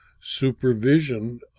supervision